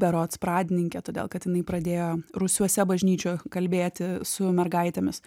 berods pradininkė todėl kad jinai pradėjo rūsiuose bažnyčioj kalbėti su mergaitėmis